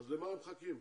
למה מחכים?